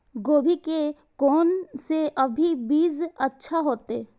गोभी के कोन से अभी बीज अच्छा होते?